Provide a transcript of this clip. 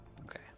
okay